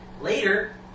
Later